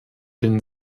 den